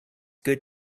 good